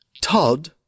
Todd